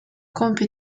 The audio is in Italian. compie